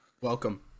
Welcome